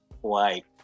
white